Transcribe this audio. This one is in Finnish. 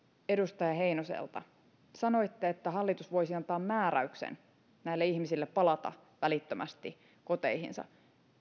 edustaja heinoselta sanoitte että hallitus voisi antaa määräyksen näille ihmisille palata välittömästi koteihinsa